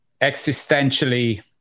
existentially